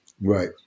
Right